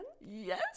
yes